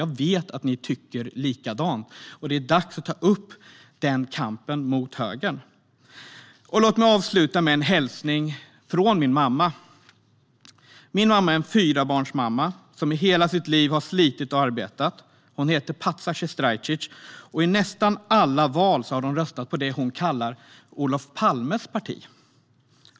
Jag vet att ni socialdemokrater tycker likadant. Det är dags att ta upp kampen mot högern. Jag vill avsluta med en hälsning från min mamma. Hon är en fyrabarnsmamma som har slitit och arbetat i hela sitt liv. Hon heter Paca Sestrajcic. I nästan alla val har hon röstat på det hon kallar Olof Palmes parti.